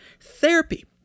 Therapy